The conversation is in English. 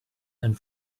and